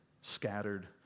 scattered